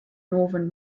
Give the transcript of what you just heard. northern